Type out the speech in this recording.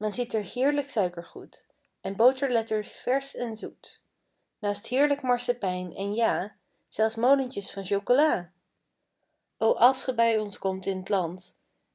men ziet er heerlijk suikergoed en boterletters versch en zoet naast heerlijk marsepijn en ja zelfs molentjes van chocola o als ge bij ons komt in t land